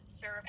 serve